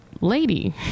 lady